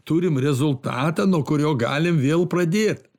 turim rezultatą nuo kurio galim vėl pradė